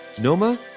Noma